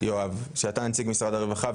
שאתה נציג משרד הרווחה,